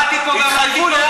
אני עמדתי פה ואמרתי תודה,